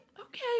okay